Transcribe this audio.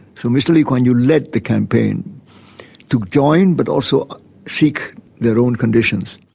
so mr lee kuan yew led the campaign to join but also seek their own conditions.